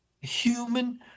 Human